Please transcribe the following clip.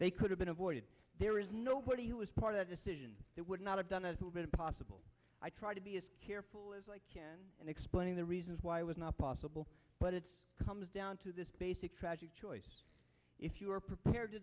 they could have been avoided there is nobody who was part of the decision that would not have done a little bit impossible i try to be as careful as i can in explaining the reasons why i was not possible but it's comes down to this basic tragic choice if you are prepared to